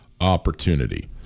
opportunity